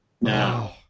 Now